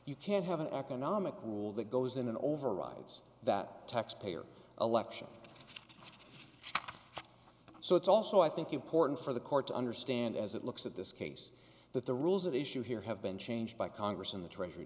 you can't have an economic rule that goes in and overrides that taxpayer election so it's also i think important for the court to understand as it looks at this case that the rules at issue here have been changed by congress and the treasury